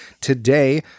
today